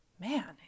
man